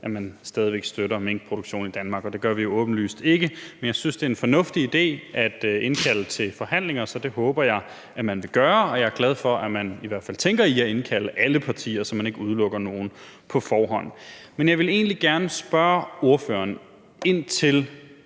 at man stadig væk støtter en minkproduktion i Danmark, og det gør vi jo åbenlyst ikke. Men jeg synes, det er en fornuftig idé at indkalde til forhandlinger, så det håber jeg at man vil gøre. Jeg er i hvert fald glad for, at man tænker i at indkalde alle partier, så man ikke udelukker nogen på forhånd. Men jeg vil egentlig gerne spørge ordføreren ind til